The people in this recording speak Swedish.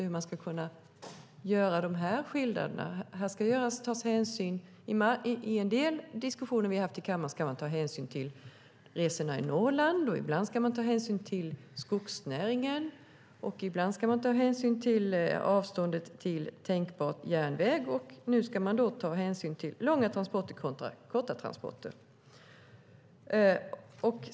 Hur ska man kunna göra det? I en del diskussioner vi har haft i kammaren ska man ta hänsyn till resorna i Norrland, och ibland ska man ta hänsyn till skogsnäringen. Ibland ska man ta hänsyn till avståndet till tänkbar järnväg, och nu ska man ta hänsyn till långa transporter kontra korta transporter.